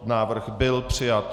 Návrh byl přijat.